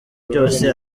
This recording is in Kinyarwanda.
byose